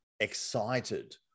excited